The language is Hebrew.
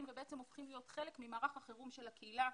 ובעצם הופכים להיות חלק ממערך החירום של הקהילה,